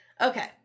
okay